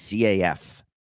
CAF